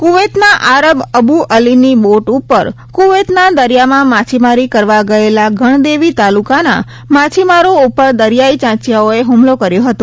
કુવૈતના આરબ અબુ અલીની બોટ ઉપર કુવૈતના દરિયામાં માછીમારી કરવા ગયેલા ગણદેવી તાલુકાના માછીમારો ઉપર દરિયાઈ ચાંચીયાઓએ હુમલો કર્યો હતો